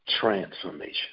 transformation